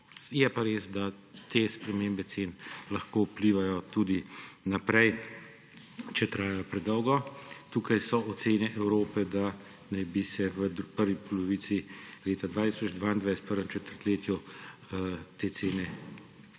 Je pa res, da te spremembe cen lahko vplivajo tudi naprej, če trajajo predolgo. Tukaj so ocene Evrope, da naj bi se v prvi polovici leta 2022, v prvem četrtletju, te cene ustalile.